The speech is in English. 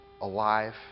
alive